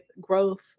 growth